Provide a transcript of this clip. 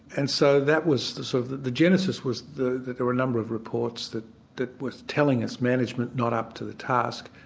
and so that was the sort of the the genesis was there were a number of reports that that was telling us management not up to the task,